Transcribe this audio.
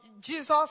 Jesus